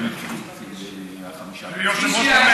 נאזם,